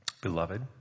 Beloved